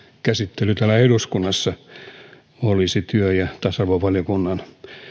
käsittely täällä eduskunnassa olisi työ ja tasa arvovaliokunnan